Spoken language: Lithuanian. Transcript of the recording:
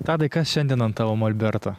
tadai kas šiandien ant tavo molberto